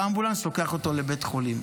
בא אמבולנס ולוקח אותו לבית החולים,